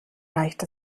reicht